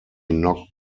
knocked